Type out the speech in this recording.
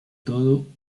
todo